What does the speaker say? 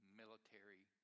military